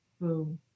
boom